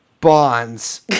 bonds